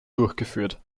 durchgeführt